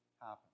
happen